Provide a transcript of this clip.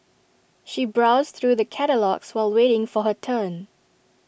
she browsed through the catalogues while waiting for her turn